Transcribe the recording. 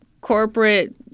corporate